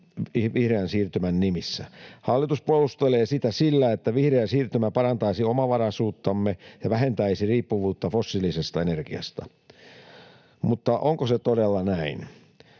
vihreän siirtymän nimissä. Hallitus puolustelee sitä sillä, että vihreä siirtymä parantaisi omavaraisuuttamme ja vähentäisi riippuvuutta fossiilisesta energiasta. Mutta onko se todella näin?